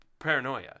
Paranoia